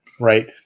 right